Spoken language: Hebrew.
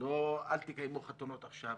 אל תקיימו חתונות עכשיו.